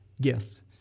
GIFT